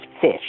fish